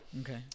Okay